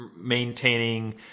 maintaining